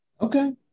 okay